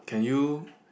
can you